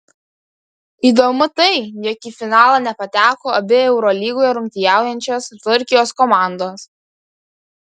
įdomu tai jog į finalą nepateko abi eurolygoje rungtyniaujančios turkijos komandos